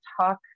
talk